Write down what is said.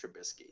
Trubisky